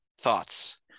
Thoughts